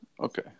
Okay